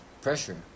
pressure